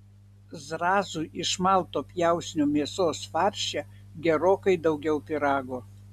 zrazų iš malto pjausnio mėsos farše gerokai daugiau pyrago